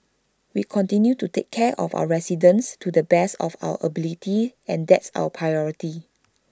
we continue to take care of our residents to the best of our ability and that's our priority